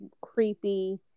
creepy